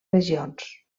regions